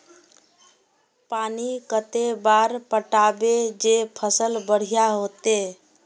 पानी कते बार पटाबे जे फसल बढ़िया होते?